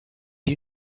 you